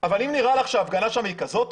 אבל האם נראה לך שההפגנה שם היא כזאת?